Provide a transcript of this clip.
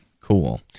cool